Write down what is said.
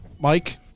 Mike